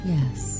Yes